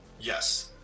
Yes